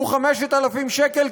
שהוא 5,000 שקל,